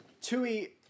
Tui